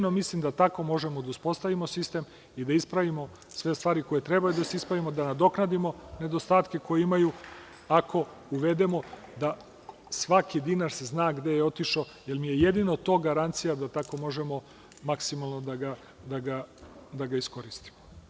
Mislim da jedino tako možemo da uspostavimo sistem i da ispravimo sve stvari koje treba da se isprave, da nadoknadimo nedostatke koje imaju, ako uvedemo da se zna gde je otišao svaki dinar, jer je jedino to garancija da tako možemo maksimalno da ga iskoristimo.